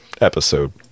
episode